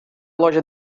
loja